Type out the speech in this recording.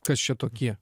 kas čia tokie